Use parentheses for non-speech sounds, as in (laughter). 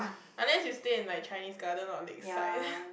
unless you stay in like Chinese Garden or Lakeside (laughs)